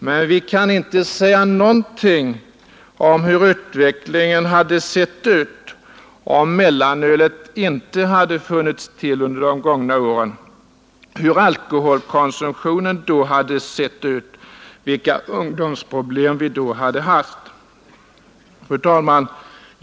Men vi kan inte säga någonting om hur utvecklingen hade sett ut om mellanölet inte hade funnits till under de gångna åren, hur alkoholkonsumtionen då hade sett ut, vilka ungdomsproblem vi då hade haft. Fru talman!